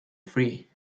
free